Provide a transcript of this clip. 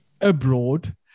abroad